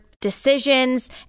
decisions